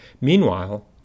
Meanwhile